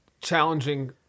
challenging